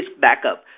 backup